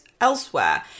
elsewhere